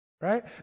Right